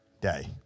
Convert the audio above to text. day